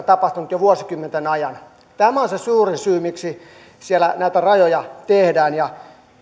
tapahtunut jo vuosikymmenten ajan tämä on se suurin syy miksi siellä näitä rajoja tehdään